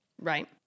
Right